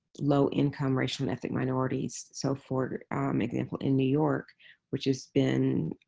low-income racial and ethnic minorities. so for example, in new york which has been